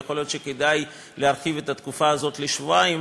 יכול להיות שכדאי להרחיב את התקופה הזאת לשבועיים,